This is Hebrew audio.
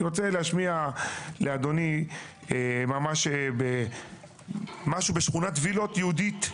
אני רוצה להשמיע לאדוני ממש משהו בשכונת וילות יהודית,